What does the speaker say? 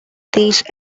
these